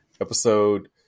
Episode